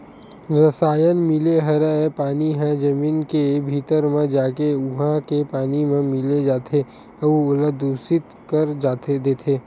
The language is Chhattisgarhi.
रसायन मिले हरय पानी ह जमीन के भीतरी म जाके उहा के पानी म मिल जाथे अउ ओला दुसित कर देथे